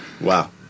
Wow